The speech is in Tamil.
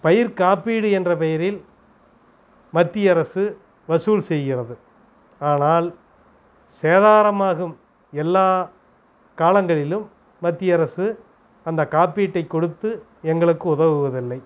பயிர் காப்பீடு என்ற பெயரில் மத்திய அரசு வசூல் செய்கிறது ஆனால் சேதாரமாகும் எல்லா காலங்களிலும் மத்திய அரசு அந்தக் காப்பீட்டை கொடுத்து எங்களுக்கு உதவுவதில்லை